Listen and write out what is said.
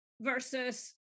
versus